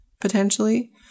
potentially